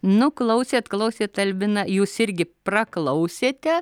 nu klausėt klausėt albina jūs irgi praklausėte